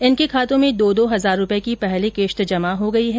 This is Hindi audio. इनके खातों में दो दो इजार रूपए की पहली किश्त जमा हो गयी है